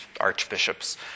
archbishops